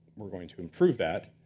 we're going to improve that.